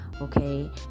okay